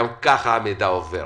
גם ככה המידע עובר,